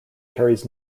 carries